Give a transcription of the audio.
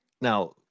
Now